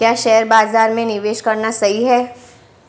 क्या शेयर बाज़ार में निवेश करना सही है?